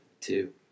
Two